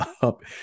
up